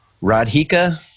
Radhika